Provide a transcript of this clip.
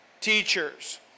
teachers